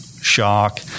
Shock